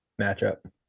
matchup